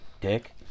Dick